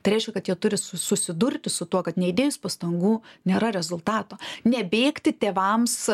tai reiškia kad jie turi susidurti su tuo kad neįdėjus pastangų nėra rezultato nebėgti tėvams